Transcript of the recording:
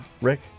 Rick